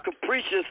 capricious